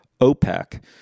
OPEC